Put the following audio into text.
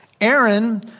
Aaron